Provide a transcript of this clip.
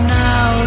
now